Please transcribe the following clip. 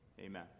Amen